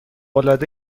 العاده